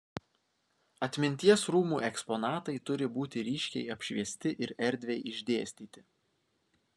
atminties rūmų eksponatai turi būti ryškiai apšviesti ir erdviai išdėstyti